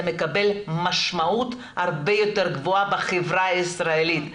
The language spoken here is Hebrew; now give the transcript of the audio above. זה מקבל משמעות הרבה יותר גבוהה בחברה הישראלית,